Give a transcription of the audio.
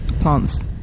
plants